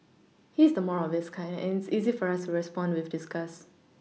he is the more obvious kind and it's easy for us respond with disgust